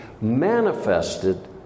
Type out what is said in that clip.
manifested